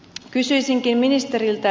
kysyisinkin ministeriltä